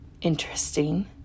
interesting